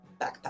backpack